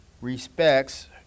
respects